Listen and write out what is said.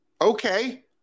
Okay